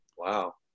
Wow